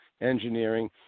engineering